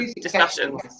discussions